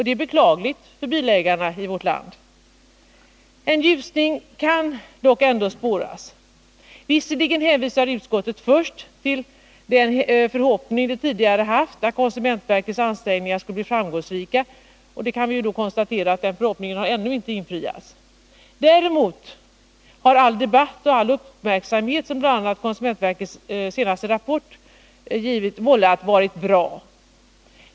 Det är beklagligt för bilägarna i vårt land. En ljusning kan dock spåras. Visserligen hänvisar utskottet först till den förhoppning det tidigare haft, att konsumentverkets ansträngningar skulle bli framgångsrika. Nu kan vi konstatera att den förhoppningen ännu inte infriats. Däremot har all debatt och all uppmärksamhet som bl.a. konsumentverkets senaste rapport vållat varit bra.